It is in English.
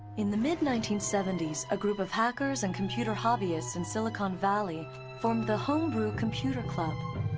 in the mid nineteen seventy s, a group of hackers and computer hobbyist in silicon valley formed the homebrew computer club.